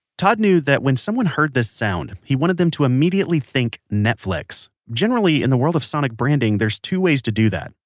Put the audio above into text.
todd knew that when someone heard this sound, he wanted them to immediately think netflix. generally, in the world of sonic branding, there's two ways to do that.